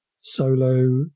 solo